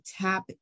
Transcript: tap